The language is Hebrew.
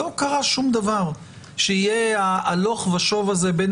לא קרה שום דבר שיהיה ההלוך ושוב הזה בין